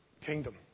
kingdom